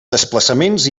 desplaçaments